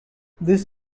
this